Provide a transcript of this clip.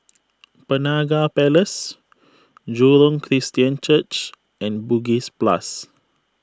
Penaga Place Jurong Christian Church and Bugis Plus